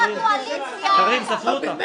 36